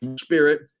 spirit